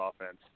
offense